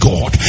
God